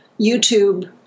YouTube